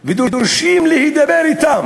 ודורשים להידבר אתם,